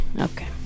Okay